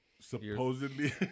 Supposedly